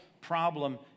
problem